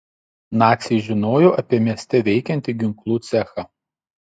naciai žinojo apie mieste veikiantį ginklų cechą